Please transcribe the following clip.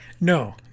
No